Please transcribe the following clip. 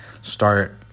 start